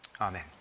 Amen